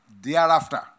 thereafter